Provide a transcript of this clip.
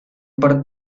por